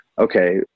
okay